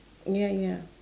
ya ya